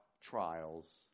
trials